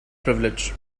privilege